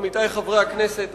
עמיתי חברי הכנסת,